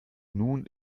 nun